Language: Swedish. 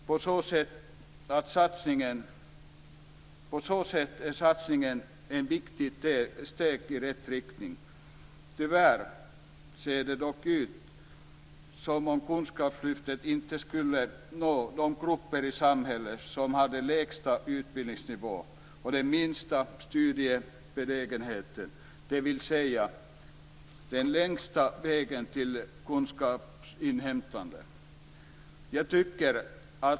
På så sätt är satsningen ett viktigt steg i rätt riktning. Tyvärr ser det dock ut som om kunskapslyftet inte når de grupper i samhället som har den lägsta utbildningsnivån och den minsta studiebenägenheten, dvs. att de har den längsta vägen till kunskapsinhämtande.